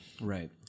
Right